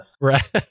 right